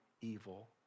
evil